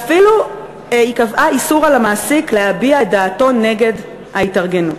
והיא קבעה אפילו איסור על המעסיק להביע את דעתו נגד ההתארגנות.